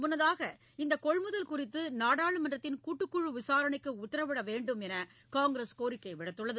முன்னதாக இந்த கொள்முதல் குறித்து நாடாளுமன்றத்தின் கூட்டுக்குழு விசாரணைக்கு உத்தரவிடவேண்டும் என்று காங்கிரஸ் கோரிக்கை விடுத்துள்ளது